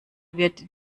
wird